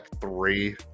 three